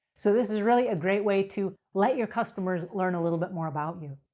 so, this is really a great way to let your customers learn a little bit more about you.